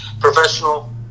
professional